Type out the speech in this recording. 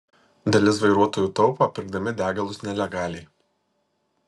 dalis vairuotojų taupo pirkdami degalus nelegaliai